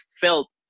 felt